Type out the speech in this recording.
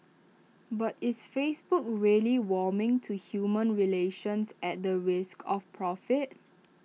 but its Facebook really warming to human relations at the risk of profit